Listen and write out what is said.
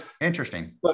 Interesting